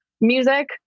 music